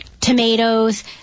tomatoes